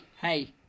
Hey